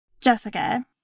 Jessica